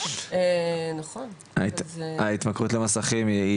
ההתמכרות למסכים,